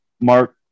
Mark